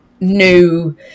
new